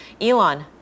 Elon